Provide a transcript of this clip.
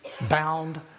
bound